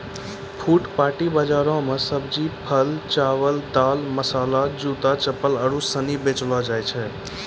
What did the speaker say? फुटपाटी बाजार मे सब्जी, फल, चावल, दाल, मसाला, जूता, चप्पल आरु सनी बेचलो जाय छै